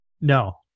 no